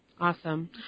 Awesome